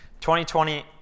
2020